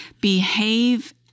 behave